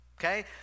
Okay